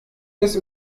des